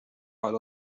على